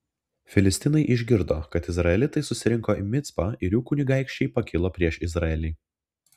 filistinai išgirdo kad izraelitai susirinko į micpą ir jų kunigaikščiai pakilo prieš izraelį